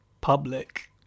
Public